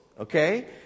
okay